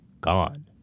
gone